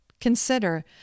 consider